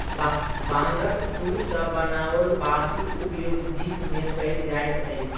बांगक तूर सॅ बनाओल बातीक उपयोग दीप मे कयल जाइत अछि